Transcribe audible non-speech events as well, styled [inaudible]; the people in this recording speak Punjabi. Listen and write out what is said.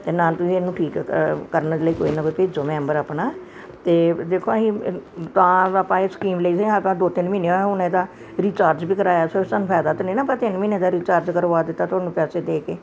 ਅਤੇ ਨਾ ਤੁਸੀਂ ਇਹਨੂੰ ਠੀਕ ਕਰਨ ਲਈ ਕੋਈ ਨਾ ਕੋਈ ਭੇਜੋ ਮੈਂਬਰ ਆਪਣਾ ਅਤੇ ਦੇਖੋ ਅਸੀਂ [unintelligible] ਤਾਂ ਆਪਾਂ ਇਹ ਸਕੀਮ ਲਈ ਸੀ ਆਪਾਂ ਦੋ ਤਿੰਨ ਮਹੀਨੇ ਹੁਣ ਇਹਦਾ ਰੀਚਾਰਜ ਵੀ ਕਰਵਾਇਆ ਸੀ ਸਾਨੂੰ ਫ਼ਾਇਦਾ ਤਾਂ ਨਹੀਂ ਨਾ ਆਪਾਂ ਤਿੰਨ ਮਹੀਨੇ ਦਾ ਰੀਚਾਰਜ ਕਰਵਾ ਦਿੱਤਾ ਤੁਹਾਨੂੰ ਪੈਸੇ ਦੇ ਕੇ